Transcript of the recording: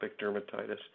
dermatitis